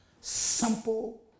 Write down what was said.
simple